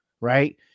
right